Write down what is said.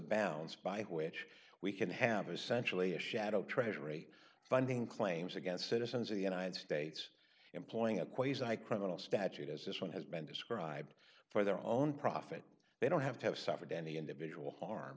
bounds by which we can have essentially a shadow treasury funding claims against citizens of the united states employing a quasar i credit all statute as this one has been described for their own profit they don't have to have suffered any individual harm